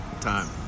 Time